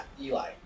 Eli